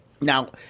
Now